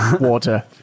water